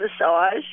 massage